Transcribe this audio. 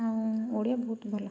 ଆଉ ଓଡ଼ିଆ ବହୁତ ଭଲ